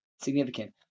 significant